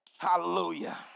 Hallelujah